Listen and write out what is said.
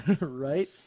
right